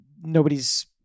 nobody's